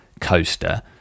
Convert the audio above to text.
coaster